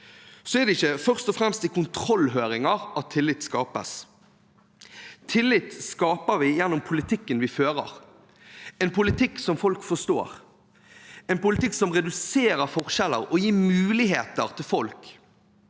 er det ikke først og fremst i kontrollhøringer tillit skapes. Tillit skaper vi gjennom politikken vi fører, en politikk som folk forstår, en politikk som reduserer forskjeller og gir muligheter til folk.